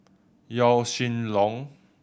Yaw Shin Leong